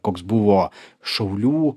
koks buvo šaulių